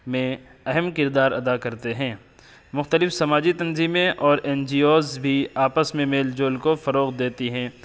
میں اہم کردار ادا کرتے ہیں مختلف سماجی تنظیمیں اور این جی اوز بھی آپس میں میل جول کو فروغ دیتے ہیں